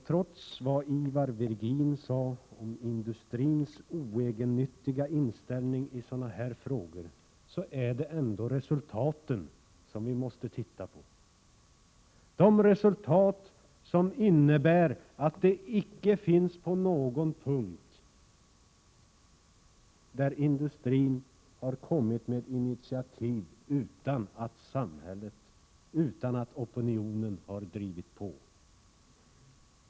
Trots det som Ivar Virgin sade om industrins oegennyttiga inställning i sådana här frågor, är det ändå resultaten som vi måste titta på — de resultat som innebär att det icke finns någon punkt där industrin har kommit med initiativ utan att samhället och opinionen har drivit på.